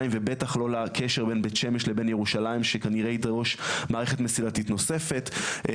ובטח לא לקשר בין בית שמש לבין ירושלים שכנראה ידרוש מערכת מסילתית נוספת,